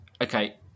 Okay